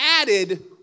added